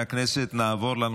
17 בעד, אפס מתנגדים ואפס נמנעים.